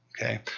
Okay